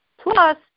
plus